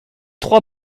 trois